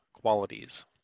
qualities